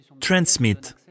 Transmit